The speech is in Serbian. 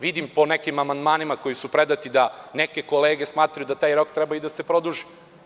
Vidim po nekim amandmanima koji su predati da neke kolege smatraju da taj rok treba i da se produži.